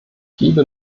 gebe